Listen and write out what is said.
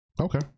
Okay